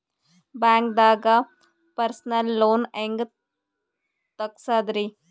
ಬ್ಯಾಂಕ್ದಾಗ personal loan ಹೆಂಗ್ ತಗ್ಸದ್ರಿ?